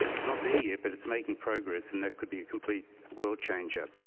it's not there yet but it's making progress, and that could be a complete world changer.